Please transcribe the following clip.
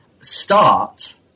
start